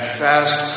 fast